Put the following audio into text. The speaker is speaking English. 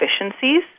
efficiencies